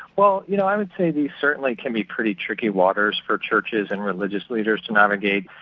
well, you know, i would say these certainly can be pretty tricky waters for churches and religious leaders to navigate.